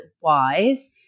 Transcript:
wise